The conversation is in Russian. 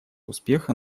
успеха